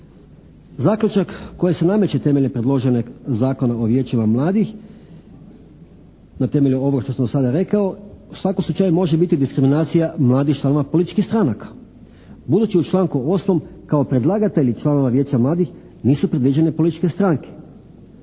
Zaključak koji se nameće temeljem predloženog Zakona o vijećima mladih na temelju ovoga što sam sada rekao u svakom slučaju može biti diskriminacija mladih članova političkih stranaka budući u članku 8. kao predlagatelji članova vijeća mladih nisu predviđene političke stranke.